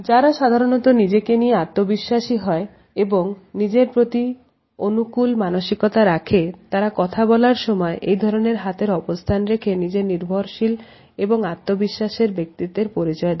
যারা সাধারণত নিজেকে নিয়ে আত্মবিশ্বাসী হয় এবং নিজের প্রতি অনুকূল মানসিকতা রাখে তারা কথা বলার সময় এই ধরনের হাতের অবস্থান রেখে নিজের নির্ভরশীল এবং আত্মবিশ্বাসের ব্যক্তিত্বের পরিচয় দেয়